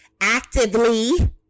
actively